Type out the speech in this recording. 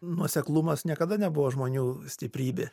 nuoseklumas niekada nebuvo žmonių stiprybė